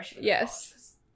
Yes